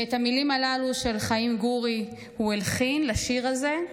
את המילים הללו של חיים גורי עומר קורן הלחין לשיר הזה,